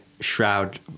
Shroud